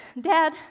Dad